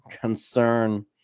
concern